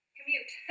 Commute